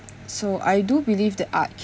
so I do believe that art